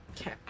Okay